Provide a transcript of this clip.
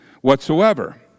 whatsoever